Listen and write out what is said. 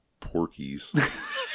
porkies